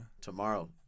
Tomorrow